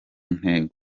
ntego